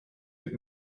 with